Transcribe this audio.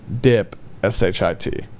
DIP-S-H-I-T